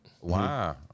Wow